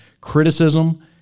criticism